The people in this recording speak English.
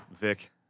Vic